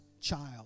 child